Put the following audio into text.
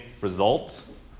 results